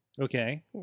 Okay